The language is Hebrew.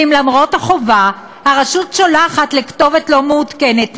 ואם למרות החובה הרשות שולחת לכתובת לא מעודכנת,